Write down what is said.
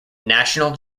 national